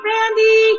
Randy